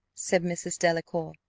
said mrs. delacour.